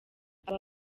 aba